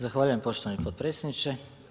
Zahvaljujem poštovani potpredsjedniče.